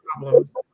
problems